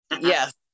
Yes